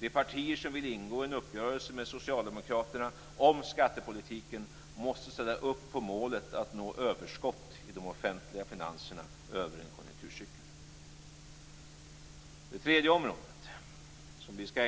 De partier som vill ingå en uppgörelse med Socialdemokraterna om skattepolitiken måste ställa upp på målet att nå överskott i de offentliga finanserna över en konjunkturcykel.